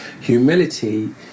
humility